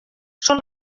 són